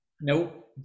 Nope